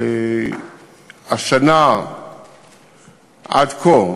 השנה עד כה,